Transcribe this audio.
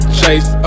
chase